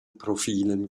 profilen